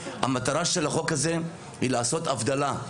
המטרה של החוק הזה היא לעשות הבדלה.